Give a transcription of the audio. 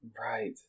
Right